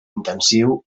intensiu